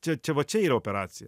čia čia va čia yra operacija